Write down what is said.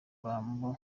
bambu